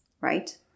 right